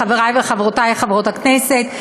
חברי וחברותי חברות הכנסת,